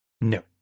No